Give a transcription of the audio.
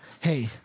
hey